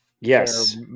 yes